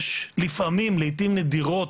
לפעמים, לעיתים נדירות,